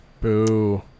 boo